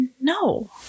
No